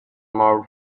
more